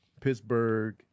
pittsburgh